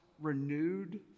renewed